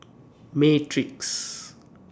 Matrix